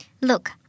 Look